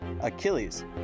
Achilles